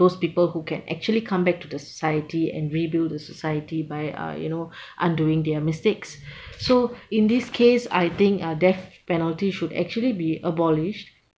those people who can actually come back to the society and rebuild the society by uh you know undoing their mistakes so in this case I think uh death penalty should actually be abolished